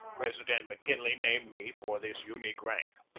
president mckinley named me for this unique rank.